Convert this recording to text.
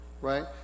Right